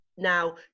Now